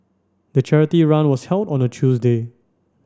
the charity run was held on a Tuesday